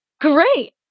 great